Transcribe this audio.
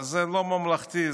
זה לא ממלכתי,